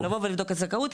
לבדוק את הזכאות,